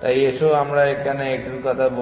তাই এসো আমরা এখানে এটির কথা বলি